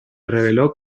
rebeló